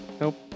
nope